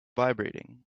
vibrating